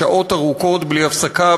שעות ארוכות בלי הפסקה,